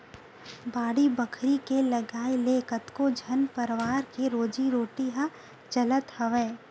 बाड़ी बखरी के लगाए ले कतको झन परवार के रोजी रोटी ह चलत हवय